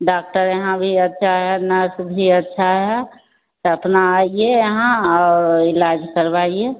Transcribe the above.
doctor यहां भी अच्छा है नर्स भी अच्छा है अपना आएं यहां इलाज करवाइए